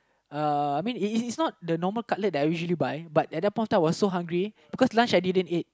uh I mean it it's not the usual cutlet that I usually buy but at the point of time I was so hungry because lunch I didn't ate